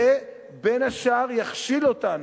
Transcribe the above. היא תכשיל אותנו,